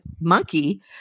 Monkey